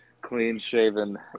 Clean-shaven